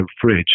fridge